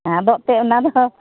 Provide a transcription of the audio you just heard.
ᱟᱫᱚ ᱮᱛᱮᱜ ᱚᱱᱟᱫᱚ